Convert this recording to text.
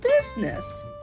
business